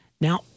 Now